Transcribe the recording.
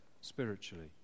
spiritually